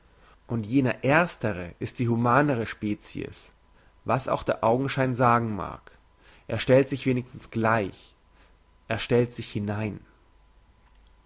und jener erstere ist die humanere species was auch der augenschein sagen mag er stellt sich wenigstens gleich er stellt sich hinein